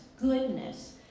goodness